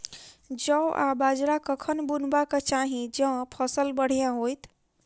जौ आ बाजरा कखन बुनबाक चाहि जँ फसल बढ़िया होइत?